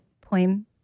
poem